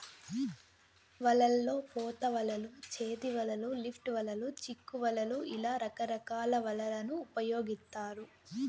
వలల్లో పోత వలలు, చేతి వలలు, లిఫ్ట్ వలలు, చిక్కు వలలు ఇలా రకరకాల వలలను ఉపయోగిత్తారు